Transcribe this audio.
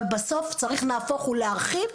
בסוף צריך להרחיב.